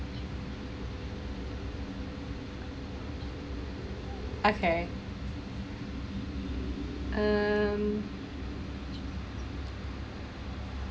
okay um